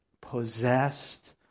possessed